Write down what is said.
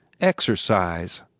Exercise